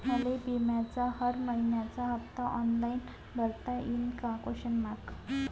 मले बिम्याचा हर मइन्याचा हप्ता ऑनलाईन भरता यीन का?